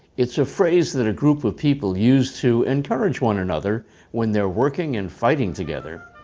it's a phrase that a group of people use to encourage one another when they're working and fighting together.